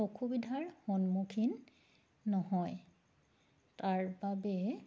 অসুবিধাৰ সন্মুখীন নহয় তাৰবাবে